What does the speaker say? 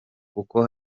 kuko